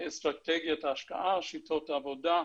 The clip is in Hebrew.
אסטרטגיית השקעה, שיטות עבודה,